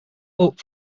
oat